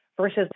Versus